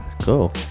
Cool